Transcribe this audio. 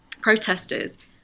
protesters